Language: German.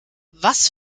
was